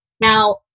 Now